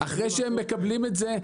אחרי שהם מקבלים את זה,